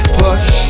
push